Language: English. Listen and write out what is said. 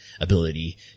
ability